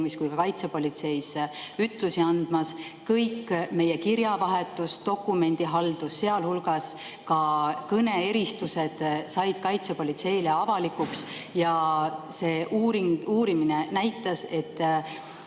kui ka kaitsepolitseis ütlusi andmas. Kõik meie kirjavahetus, dokumendihaldus sealhulgas, ka kõneeristused said kaitsepolitseile avalikuks. Ja see uurimine näitas, et